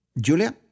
Julia